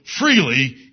freely